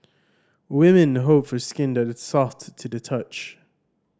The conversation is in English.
women hope for skin that is soft to the touch